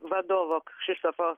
vadovo kšištofo